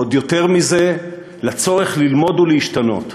ועוד יותר מזה, לצורך ללמוד ולהשתנות.